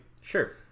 Sure